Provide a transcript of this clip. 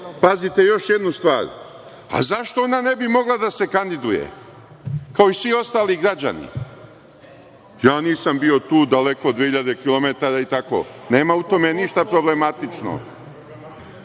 pazite još jednu stvar, a zašto ona ne bi mogla da se kandiduje, kao i svi ostali građani? Ja nisam bio tu, daleko, 2000 km i tako. Nema u tome ništa problematično.